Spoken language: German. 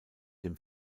dem